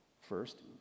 First